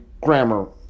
grammar